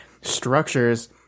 structures